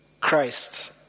Christ